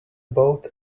boat